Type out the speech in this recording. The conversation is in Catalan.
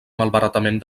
malbaratament